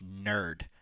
nerd